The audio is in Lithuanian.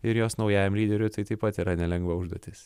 ir jos naujajam lyderiui tai taip pat yra nelengva užduotis